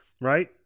right